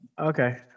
Okay